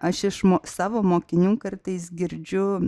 aš iš mok savo mokinių kartais girdžiu